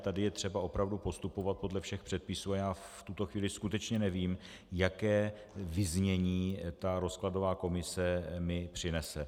Tady je třeba opravdu postupovat podle všech předpisů a já v tuto chvíli skutečně nevím, jaké vyznění ta rozkladová komise mi přinese.